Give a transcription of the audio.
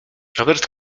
robert